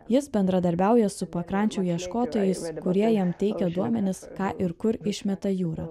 jis bendradarbiauja su pakrančių ieškotojais kurie jam teikia duomenis ką ir kur išmeta jūra